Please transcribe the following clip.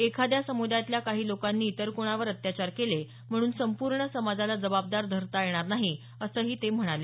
एखाद्या समुदायातल्या काही लोकांनी इतर कोणावर अत्याचार केले म्हणून संपूर्ण समाजाला जबाबदार धरता येणार नाही असं ते म्हणाले